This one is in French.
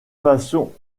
façon